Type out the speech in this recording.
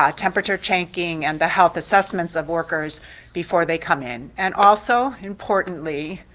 ah temperature checking, and the health assessments of workers before they come in. and also, importantly,